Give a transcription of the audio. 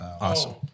Awesome